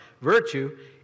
virtue